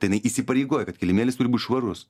tai jinai įsipareigoja kad kilimėlis turi būt švarus